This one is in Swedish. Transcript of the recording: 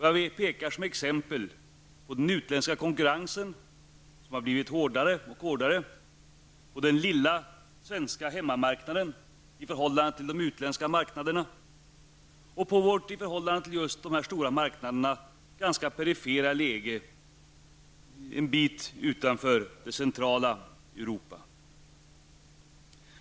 Jag pekar som exempel på den utländska konkurrensen, som har blivit hårdare och hårdare, på den i förhållande till de utländska marknaderna lilla svenska hemmamarknaden och på vårt i förhållande till just de stora marknaderna ganska perifera läge, en bit utanför det centrala Europa.